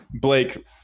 blake